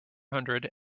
hundred